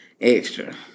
extra